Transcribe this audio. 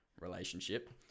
relationship